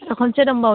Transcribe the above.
खनसे दंबावो